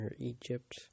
Egypt